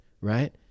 right